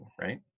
right